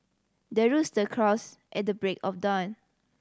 the rooster crows at the break of dawn